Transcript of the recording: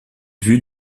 vue